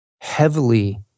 heavily